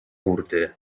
burty